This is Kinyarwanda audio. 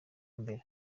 mbere